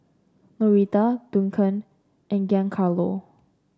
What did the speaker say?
Norita Duncan and Giancarlo